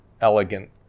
elegant